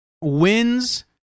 wins